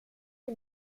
wie